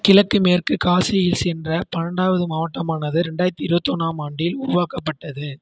கிழக்கு மேற்கு காசி ஹில்ஸ் என்ற பன்னெண்டாவது மாவட்டமானது ரெண்டாயிரத்தி இருபத்தி ஒன்றாம் ஆண்டில் உருவாக்கப்பட்டது